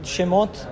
Shemot